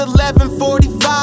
11.45